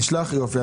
יופי.